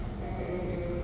mm mm mm